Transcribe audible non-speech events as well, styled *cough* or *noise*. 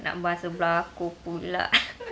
nak berbahasa baku pula lah *laughs*